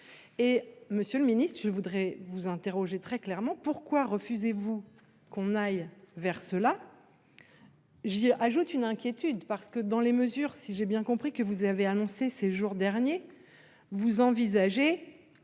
Et Monsieur le Ministre, je voudrais vous interroger très clairement pourquoi refusez-vous qu'on aille vers cela. J'ai ajoute une inquiétude parce que dans les mesures si j'ai bien compris que vous avez annoncé ces jours derniers. Vous envisagez.